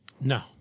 No